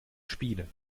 spiele